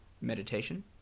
meditation